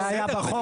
זה היה בחוק.